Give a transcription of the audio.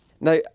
Now